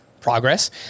Progress